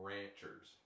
Ranchers